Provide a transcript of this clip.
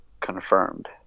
confirmed